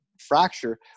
fracture